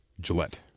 Gillette